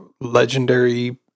legendary